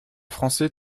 français